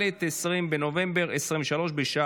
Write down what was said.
בהיוועדות חזותית בהשתתפות עצורים ואסירים (הוראת שעה,